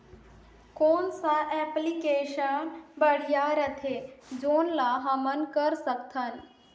कौन सा एप्लिकेशन बढ़िया रथे जोन ल हमन कर सकथन?